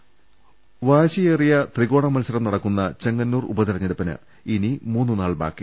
രദ്ദേഷ്ടങ വാശിയേറിയ ത്രികോണ മത്സരം നടക്കുന്ന ചെങ്ങന്നൂർ ഉപതെരഞ്ഞെ ടുപ്പിന് ഇനി മൂന്നുനാൾ ബാക്കി